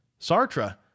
Sartre